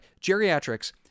geriatrics